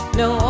no